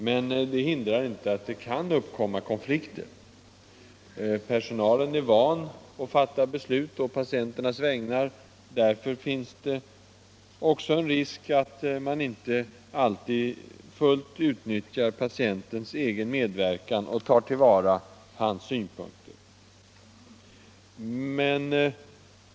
Detta hindrar dock inte att det kan uppkomma konflikter. Personalen är van att fatta beslut å patienternas vägnar. Därför finns det också en risk att man inte alltid fullt utnyttjar patientens egen medverkan och tar till vara hans synpunkter.